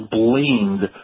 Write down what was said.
blamed